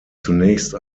zunächst